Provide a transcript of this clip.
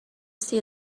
see